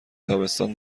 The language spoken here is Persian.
تابستان